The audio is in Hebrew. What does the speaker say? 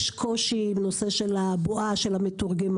יש קושי עם הנושא של הבועה של המתורגמנית,